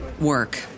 work